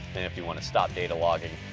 and if you wanna stop data logging,